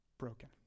Broken